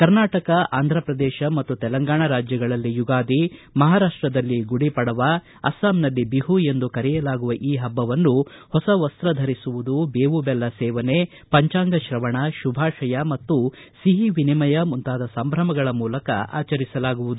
ಕರ್ನಾಟಕ ಅಂಧ್ರಪ್ರದೇಶ ಮತ್ತು ತೆಲಂಗಾಣಾ ರಾಜ್ಯಗಳಲ್ಲಿ ಯುಗಾದಿ ಮಹಾರಾಷ್ಸದಲ್ಲಿ ಗುಡಿ ಪಡವಾ ಅಸ್ಸಾಂನಲ್ಲಿ ಬಿಹು ಎಂದು ಕರೆಯಲಾಗುವ ಈ ಹಬ್ಬವನ್ನು ಹೊಸ ವಸ್ತ ಧರಿಸುವುದು ಬೇವು ಬೆಲ್ಲ ಸೇವನೆ ಪಂಜಾಂಗ ಶ್ರವಣ ಶುಭಾಷಯ ಮತ್ತು ಸಿಹಿ ವಿನಿಮಯ ಮುಂತಾದ ಸಂಭ್ರಮಗಳ ಮೂಲಕ ಆಚರಿಸಲಾಗುವುದು